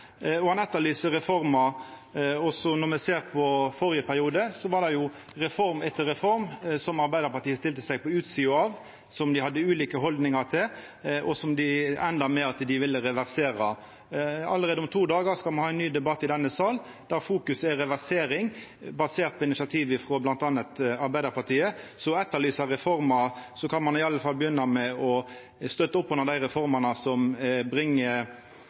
og han etterlyser reformer. Når me ser på førre periode, var det reform etter reform som Arbeidarpartiet stilte seg på utsida av, som dei hadde ulike haldningar til, og som enda med at dei ville reversera. Alt om to dagar skal me ha ein ny debatt i denne salen, der fokuset er reversering, basert på initiativ frå bl.a. Arbeidarpartiet, så når dei etterlyser reformer, kan dei i alle fall begynna med å støtta opp under dei reformene som